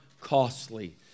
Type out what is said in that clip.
costly